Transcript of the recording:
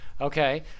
Okay